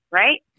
right